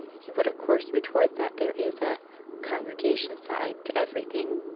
he would of course retort that there is a congregation side to everything,